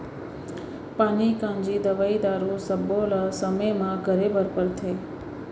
पानी कांजी, दवई, खातू सब्बो ल समे म करे बर परथे